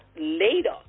later